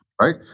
Right